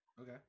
Okay